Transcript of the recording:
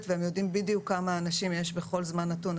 והם יודעים בדיוק כמה אנשים יש בכל זמן נתון,